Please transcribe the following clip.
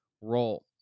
role